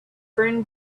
burned